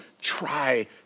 try